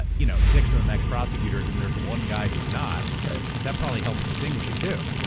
ah you know six of them ex-prosecutors, and there's one guy who's not, that probably helps distinguish you, too.